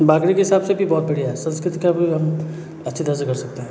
बागड़ी के हिसाब से भी बहुत बढ़िया है संस्कृत का भी हम अच्छे तरह से कर सकते हैं